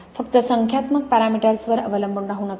फक्त संख्यात्मक परमिटर्सवर अवलंबून राहू नका